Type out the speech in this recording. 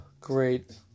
great